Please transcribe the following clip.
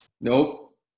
Nope